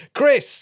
Chris